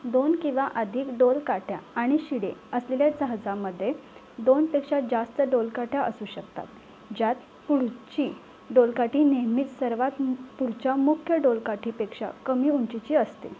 दोन किंवा अधिक डोलकाठ्या आणि शिडे असलेल्या जहाजामध्ये दोनपेक्षा जास्त डोलकाठ्या असू शकतात ज्यात पुढची डोलकाठी नेहमी सर्वात पुढच्या मुख्य डोलकाठीपेक्षा कमी उंचीची असते